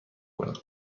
کنم